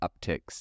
upticks